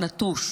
נטוש.